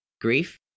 Grief